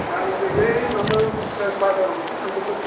आं नैलै माबायाव बाजाराव एसे थांदोंमोन